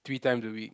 three times a week